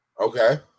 Okay